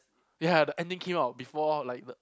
yeah the ending came out before like the